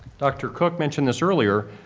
dr. cook mentioned this earlier,